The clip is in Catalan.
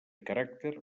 caràcter